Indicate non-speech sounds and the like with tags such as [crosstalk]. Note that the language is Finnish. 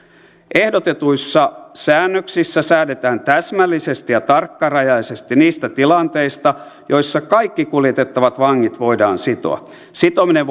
ehdotetuissa säännöksissä säädetään täsmällisesti ja tarkkarajaisesti niistä tilanteista joissa kaikki kuljetettavat vangit voidaan sitoa sitominen [unintelligible]